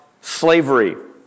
slavery